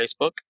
Facebook